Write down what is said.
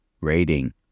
rating